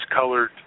colored